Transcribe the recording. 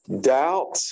doubt